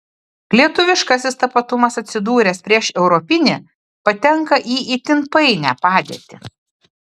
lietuviškasis tapatumas atsidūręs prieš europinį patenka į itin painią padėtį